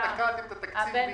אתם תקעתם את התקציב.